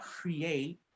create